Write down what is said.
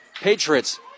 Patriots